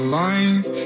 life